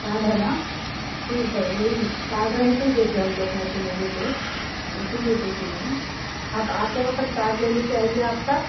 card ہے نا ٹھیک ہے وہی کاڈ رہے تو دیتے ہم لوگ نہیں تو نہیں دیتے اسی لیے پوچھی میں آپ آتے وقت کاڈ لے لے کے آئیے آپ کا